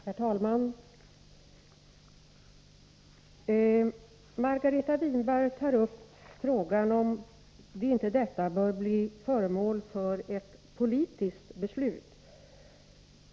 Herr talman! Margareta Winberg tar upp frågan huruvida detta inte bör bli föremål för ett politiskt beslut.